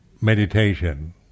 meditation